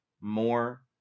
more